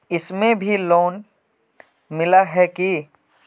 इसमें भी लोन मिला है की